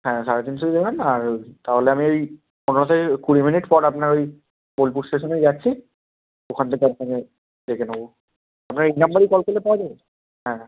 হ্যাঁ সাড়ে তিনশোই দেবেন আর তাহলে আমি এই পনেরো থেকে কুড়ি মিনিট পর আপনার ওই বোলপুর স্টেশনে যাচ্ছি ওখান থেকে আপনাকে ডেকে নেব আপনার এই নাম্বারেই কল করলে পাওয়া যাবে তো হ্যাঁ